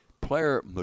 player